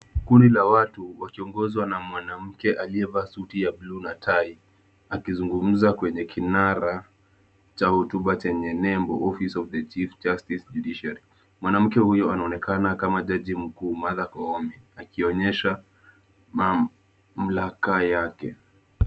Kundi la watu wakiongozwa na mwanamke aliyevaa suti ya blue na tai akizungumza kwenye kinara cha hotuba chenye nembo office of the chief justice judiciary . Mwanamke huyo anaonekana kama jaji mkuu Martha Koome akionyesha mamlaka yake.